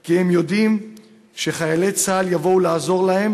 כי הם יודעים שחיילי צה"ל יבואו לעזור להם,